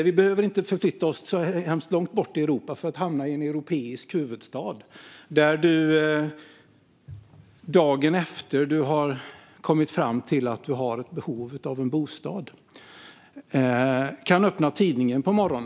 Vi behöver inte förflytta oss så hemskt långt bort i Europa för att hamna i en huvudstad där man dagen efter att man har kommit fram till att man har behov av en bostad kan öppna tidningen på morgonen.